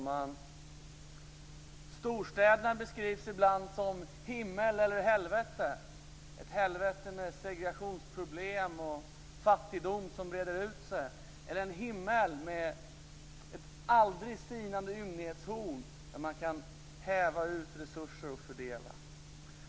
Fru talman! Storstäderna beskrivs ibland som himmel eller helvete, ett helvete med segregationsproblem och fattigdom som breder ut sig eller en himmel med ett aldrig sinande ymnighetshorn ur vilket man kan häva ut resurser och fördela dem.